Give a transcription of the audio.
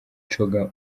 coga